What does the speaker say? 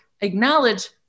acknowledge